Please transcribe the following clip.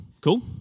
Cool